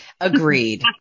Agreed